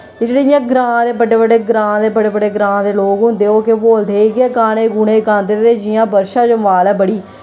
ते जेह्ड़े इयां ग्रांऽ दे बड्डे बड्डे ग्रांऽ दे बड़े बड़े ग्रांऽ दे लोग होंदे ओह् केह् बोलदे इ'यै गाने गूने गांदे ते जियां बर्षा जम्बाल ऐ बड़ी